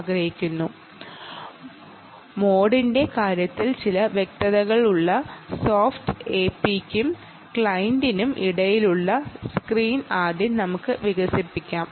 ഇപ്പോൾ സോഫ്റ്റ് എപിക്കും ക്ലയന്റിനും ഇടയിലുള്ള സ്ക്രീൻ ആദ്യം നമുക്ക് വികസിപ്പിക്കാം